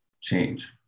change